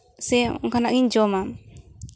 ᱥᱮ ᱚᱱᱠᱟᱱᱟᱜ ᱜᱮᱧ ᱡᱚᱢᱟ